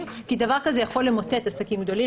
כי דבר כזה יכול למוטט עסקים גדולים.